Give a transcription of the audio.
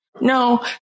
No